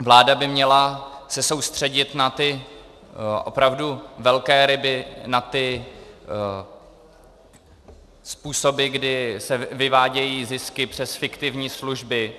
Vláda by se měla soustředit na ty opravdu velké ryby, na ty způsoby, kdy se vyvádějí zisky přes fiktivní služby.